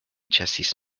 ĉesis